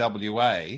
WA